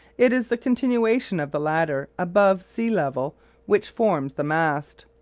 it is the continuation of the latter above sea-level which forms the mast.